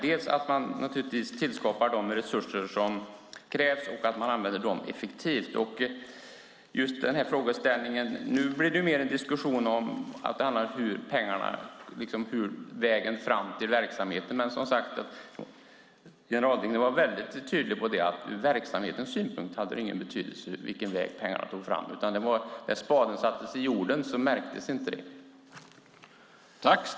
Det handlar dels om att tillföra de resurser som krävs och dels om att använda dem effektivt. Nu blir det mer en diskussion om pengarnas väg fram till verksamheten, men som sagt: Generaldirektören var väldigt tydlig med att det ur verksamhetens synpunkt inte hade någon betydelse på vilken sätt pengarna togs fram. När spaden sattes i jorden märktes inte det.